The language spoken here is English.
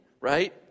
right